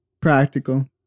practical